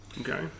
Okay